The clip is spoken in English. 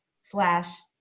slash